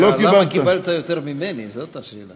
למה קיבלת יותר ממני, זאת השאלה.